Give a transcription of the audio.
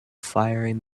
firing